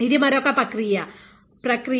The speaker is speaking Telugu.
ఇది మరొక ప్రక్రియ